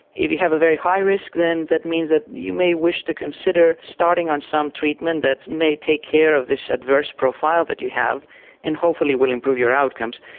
if you have a very high risk then that means that you may wish to consider starting on some treatment that may take care of this adverse profile that but you have and hopefully will improve your outcomes.